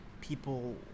people